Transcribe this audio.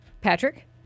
Patrick